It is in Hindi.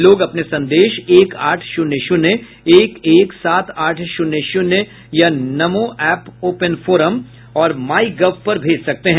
लोग अपने संदेश एक आठ शून्य शून्य एक एक सात आठ शून्य शून्य या नमो एप ओपन फोरम और माई गव पर भेज सकते हैं